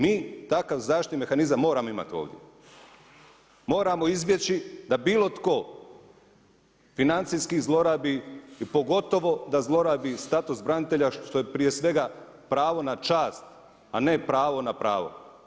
Mi takav zaštitni mehanizam moramo imati ovdje, moramo izbjeći da bilo tko financijski zlorabi, pogotovo da zlorabi status branitelja što je prije svega pravo na čast, a ne pravo na pravo.